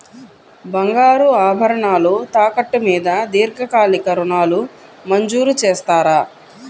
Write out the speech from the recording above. బంగారు ఆభరణాలు తాకట్టు మీద దీర్ఘకాలిక ఋణాలు మంజూరు చేస్తారా?